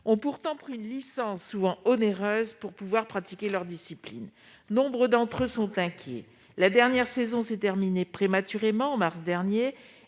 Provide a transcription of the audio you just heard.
ont pourtant pris une licence, souvent onéreuse, afin de pratiquer leur discipline. Nombre d'entre eux sont inquiets. La dernière saison s'est terminée prématurément au mois de mars